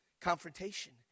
Confrontation